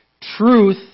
Truth